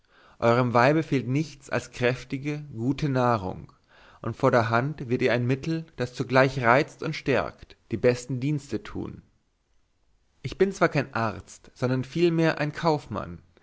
euerm weibe fehlt nichts als kräftige gute nahrung und vor der hand wird ihr ein mittel das zugleich reizt und stärkt die besten dienste tun ich bin zwar kein arzt sondern vielmehr ein kaufmann